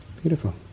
Beautiful